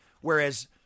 Whereas